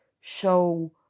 show